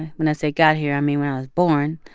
and when i say got here, i mean when i was born.